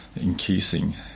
increasing